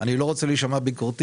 אני לא רוצה להישמע ביקורתי.